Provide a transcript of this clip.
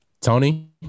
Tony